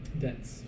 dense